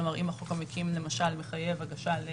כלומר, אם החוק המקים למשל מחייב הגשה של